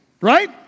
Right